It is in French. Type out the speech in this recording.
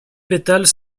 pétales